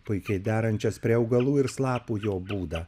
puikiai derančias prie augalų ir slapų jo būdą